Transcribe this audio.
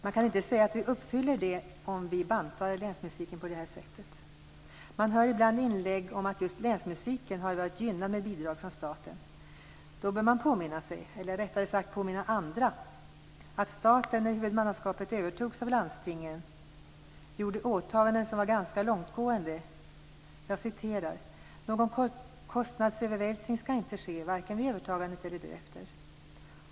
Man kan inte säga att vi uppfyller detta om vi bantar länsmusiken på det här sättet. Man hör ibland inlägg om att just länsmusiken har varit gynnad med bidrag från staten. Då bör man påminna sig, eller rättare sagt påminna andra om, att staten när huvudmannaskapet övertogs från landstingen gjorde ganska långtgående åtaganden. Jag citerar: Någon kostnadsövervältring skall inte ske, varken vid övertagandet eller därefter.